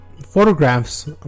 photographs